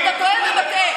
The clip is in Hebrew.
אתה טועה ומטעה.